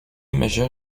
majeure